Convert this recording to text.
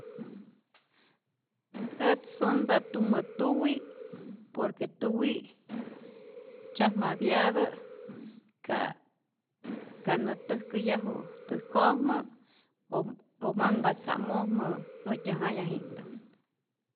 Ät sunpa't tumä tuwi', por que tuwi' tzyajmapyatä ka' ka nä täjkäyaju täjkojmä o o manhpa tza'mojmä äjtyä jaya'ji'nhta'p.